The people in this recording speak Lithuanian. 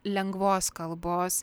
lengvos kalbos